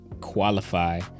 qualify